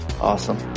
awesome